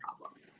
problem